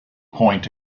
point